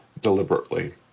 deliberately